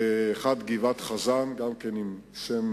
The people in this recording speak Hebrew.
גבעת-חזן, גם זה שם